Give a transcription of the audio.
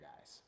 guys